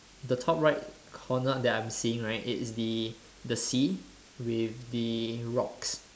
the top right corner that I'm seeing right it's the the sea with the rocks